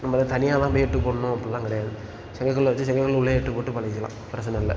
நம்மள தனியாக வந்து எட்டு போடணும் அப்புடில்லாம் கிடையாது செங்கல் கல்லை வெச்சு செங்கல் கல்லுள்ளே எட்டு போட்டு பழகிக்கலாம் பிரச்சினல்ல